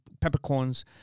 peppercorns